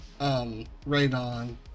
Radon